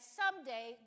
someday